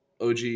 OG